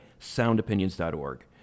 soundopinions.org